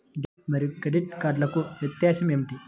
Debit మరియు credit కార్డ్లకు వ్యత్యాసమేమిటీ?